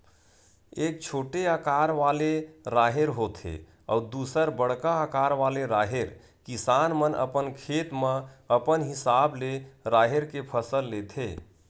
एक छोटे अकार वाले राहेर होथे अउ दूसर बड़का अकार वाले राहेर, किसान मन अपन खेत म अपन हिसाब ले राहेर के फसल लेथे